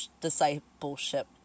discipleship